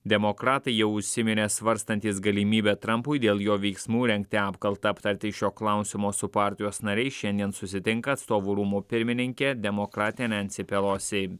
demokratai jau užsiminė svarstantys galimybę trampui dėl jo veiksmų rengti apkaltą aptarti šio klausimo su partijos nariais šiandien susitinka atstovų rūmų pirmininkė demokratė nensi pelosi